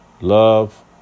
love